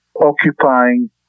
occupying